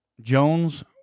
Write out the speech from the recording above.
Jones